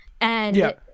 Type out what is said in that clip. And-